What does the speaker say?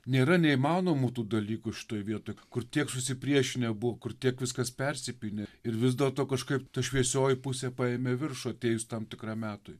nėra neįmanomų tų dalykų šitoj vietoj kur tiek susipriešinę buvo kur tiek viskas persipynę ir vis dėlto kažkaip ta šviesioji pusė paėmė viršų atėjus tam tikram metui